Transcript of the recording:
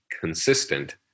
consistent